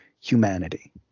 humanity